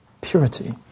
purity